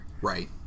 Right